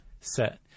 set